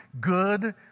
good